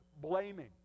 blaming